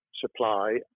supply